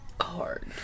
hard